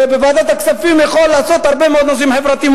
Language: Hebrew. שבוועדת הכספים יכול להעלות הרבה מאוד נושאים חברתיים,